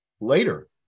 later